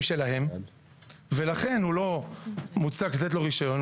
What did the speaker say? שלהם ולכן לא מוצדק לתת לו רישיון.